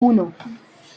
uno